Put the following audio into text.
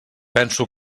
penso